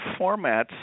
formats